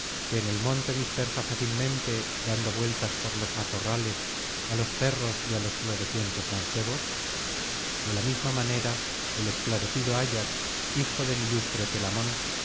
que en el monte dispersa fácilmente dando vueltas por los matorrales á los perros y á los florecientes mancebos de la misma manera el esclarecido ayax hijo del ilustre telamón